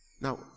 Now